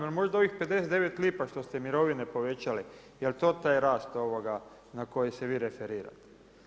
Jel' možda ovih 59 lipa što ste mirovine povećali, jel' to taj rast na koji se vi referirate?